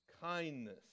kindness